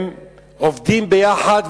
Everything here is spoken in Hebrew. הם עובדים ביחד,